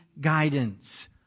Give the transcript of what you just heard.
guidance